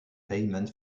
payment